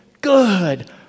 good